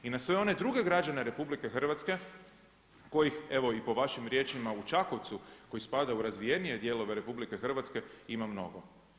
I na sve one druge građane RH kojih evo i po vašim riječima u Čakovcu koji spadaju u razvijenije dijelove RH ima mnogo.